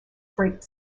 freight